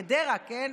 זאת גדרה, כן?